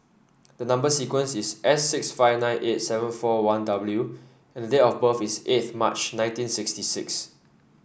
the number sequence is S six five nine eight seven four one W and date of birth is eighth March nineteen sixty six